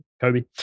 Kobe